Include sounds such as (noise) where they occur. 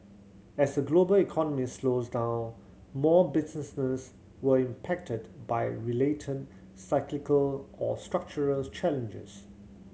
as the global economy slows down more business (unintelligible) were impacted by related cyclical or structural challenges